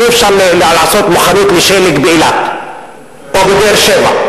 אי-אפשר לעשות מוכנות לשלג באילת או בבאר-שבע,